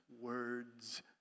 words